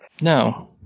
No